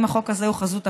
האם החוק הזה הוא חזות הכול?